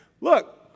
Look